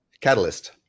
Catalyst